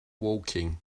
woking